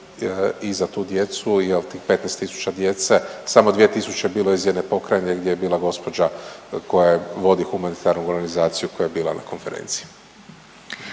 i za tu djecu, jel' tih 15000 djece. Samo 2000 je bilo iz jedne pokrajine gdje je bila gospođa koja vodi humanitarnu organizaciju koja je bila na konferenciji.